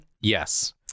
Yes